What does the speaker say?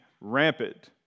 rampant